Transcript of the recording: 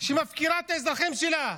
שמפקירה את האזרחים שלה.